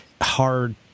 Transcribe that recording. hard